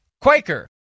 Quaker